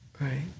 right